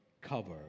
cover